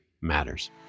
matters